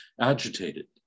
agitated